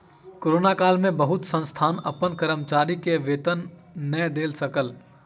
corona काल में बहुत संस्थान अपन कर्मचारी के वेतन नै दय सकल